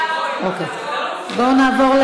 אנחנו נעבור,